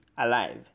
alive